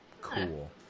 Cool